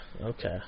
okay